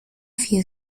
few